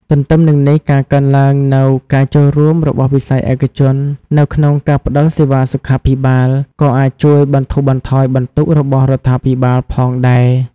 ទទ្ទឹមនឹងនេះ ការកើនឡើងនូវ ការចូលរួមរបស់វិស័យឯកជន នៅក្នុងការផ្តល់សេវាសុខាភិបាល ក៏អាចជួយបន្ធូរបន្ថយបន្ទុករបស់រដ្ឋាភិបាលផងដែរ។